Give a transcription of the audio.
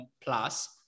plus